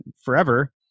forever